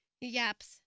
Yaps